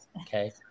Okay